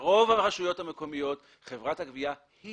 ברוב הרשויות המקומיות חברת הגבייה היא